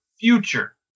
future